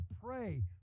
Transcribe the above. pray